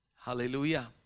Hallelujah